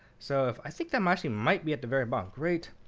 so i think that might be might be at the very bottom. great